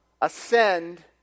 ascend